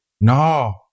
no